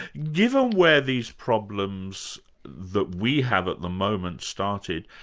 given where these problems that we have at the moment started,